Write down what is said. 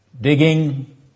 digging